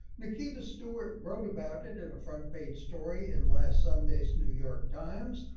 nikita stewart wrote about it in a front page story in last sunday's, new york times.